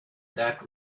that